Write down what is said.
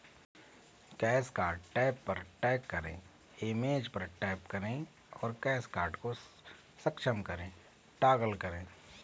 cash card tab पर tap करें, image पर टैप करें और कैश कार्ड को सक्षम करें टॉगल करें